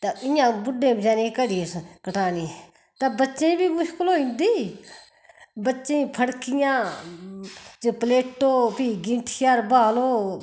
ते इ'यां बुड्डें बचैरें घड़ी कटानी ते बच्चें बी मुशकल होई जंदी बच्चें फड़कियां च पलेटो फ्ही गींठिया 'र ब्हालो